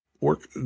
work